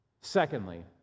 Secondly